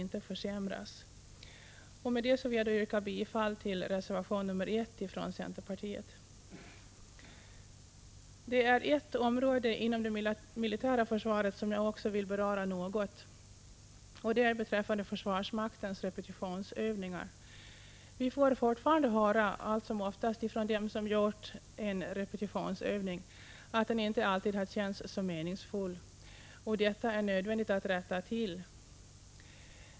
Jag vill med detta yrka bifall till reservation 1 från centerpartiet. Det är ett område inom det militära försvaret som jag också vill beröra något. Det gäller försvarsmaktens repetitionsövningar. Vi får fortfarande allt som oftast höra från dem som gjort en repetitionsövning att den inte alltid känts meningsfull. Detta måste rättas till.